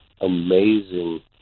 amazing